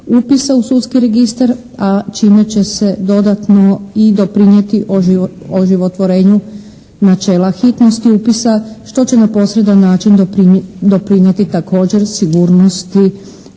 upisa u sudski registar a čime će se dodatno i doprinijeti oživotvorenju načela hitnosti upisa što će na posredan način doprinijeti također sigurnosti